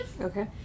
Okay